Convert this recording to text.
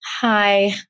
hi